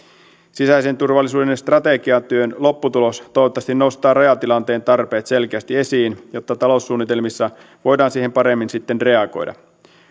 sisäisen turvallisuuden strategiatyön lopputulos toivottavasti nostaa rajatilanteen tarpeet selkeästi esiin jotta taloussuunnitelmissa voidaan siihen paremmin sitten reagoida